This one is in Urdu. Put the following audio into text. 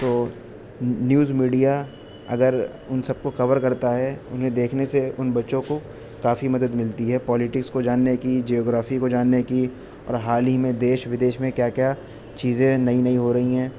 تو نیوز میڈیا اگر ان سب کو کور کرتا ہے انہیں دیکھنے سے ان بچوں کو کافی مدد ملتی ہے پالیٹکس کو جاننے کی جغرافی کو جاننے کی اور حال ہی میں دیش ودیش میں کیا کیا چیزیں نئی نئی ہو رہی ہیں